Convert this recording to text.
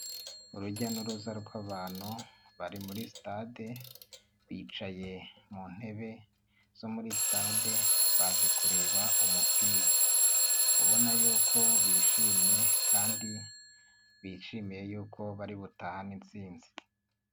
Urujya n'uruza rw'abantu, bari muri sitade bicaye mu ntebe zo muri sitade baje kureba umupira, ubona yuko bishimye kandi bishimiye yuko bari butahane intsinzi.